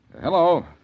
Hello